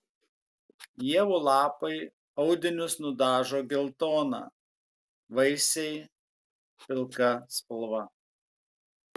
ievų lapai audinius nudažo geltona vaisiai pilka spalva